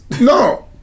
No